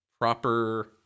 proper